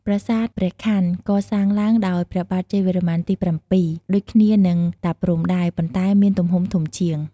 ប្រាសាទព្រះខ័ន កសាងឡើងដោយព្រះបាទជ័យវរ្ម័នទី ៧ ដូចគ្នានឹងតាព្រហ្មដែរ ប៉ុន្តែមានទំហំធំជាង។